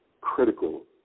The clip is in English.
critical